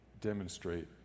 demonstrate